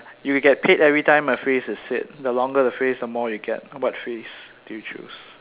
uh you will get paid every time a phrase is said the longer the phrase the more you get what phrase do you choose